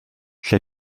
lle